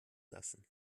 lassen